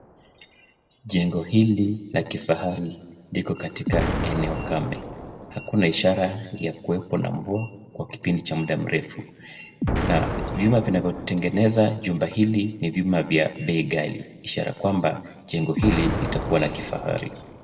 Jengo hili la kifahari liko katika eneo kame, hakuna ishara ya kuwepo na mvua kwa kipindi cha muda mrefu. Na vyuma vinavyotengeneza chumba hili ni vyuma vya bei ghali, kuonyesha jengo hili litakuwa la kifahari.